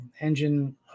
engine